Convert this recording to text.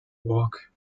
walk